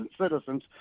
citizens